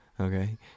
Okay